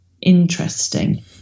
interesting